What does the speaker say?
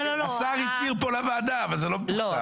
השר הצהיר פה לוועדה, אבל זה לא מתוקצב.